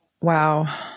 Wow